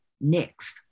next